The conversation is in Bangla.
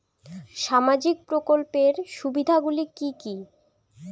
সামাজিক প্রকল্পের সুবিধাগুলি কি কি?